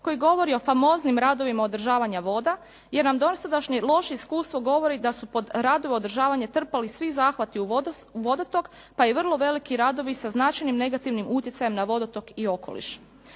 koji govori o famoznim radovima održavanja voda, jer nam dosadašnje loše iskustvo govori da su pod radove održavanje trpali svi zahvati u vodotok, pa i vrlo veliki radovi sa značajnim negativnim utjecajem na vodotok i okoliš.